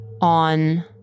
on